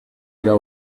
dira